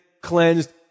cleansed